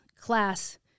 class